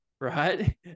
right